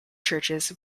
churches